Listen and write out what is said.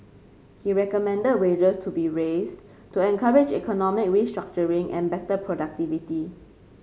he recommended wages be raised to encourage economic restructuring and better productivity